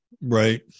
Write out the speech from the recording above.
Right